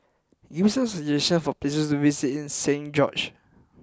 give me some suggestions for places to visit in Saint George